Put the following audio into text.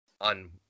On